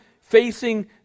facing